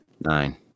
Nine